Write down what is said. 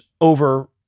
over